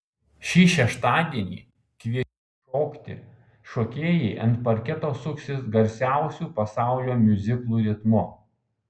šį šeštadienį kviečiu šokti šokėjai ant parketo suksis garsiausių pasaulio miuziklų ritmu